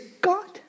God